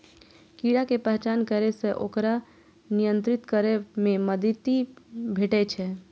कीड़ा के पहचान करै सं ओकरा नियंत्रित करै मे मदति भेटै छै